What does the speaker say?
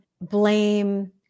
blame